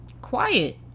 quiet